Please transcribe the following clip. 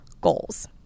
goals